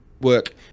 work